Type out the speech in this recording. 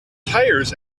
tires